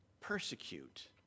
persecute